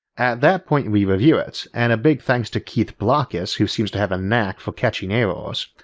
at that point we review it, and a big thanks to keith blockus who seems to have a knack for catching errors.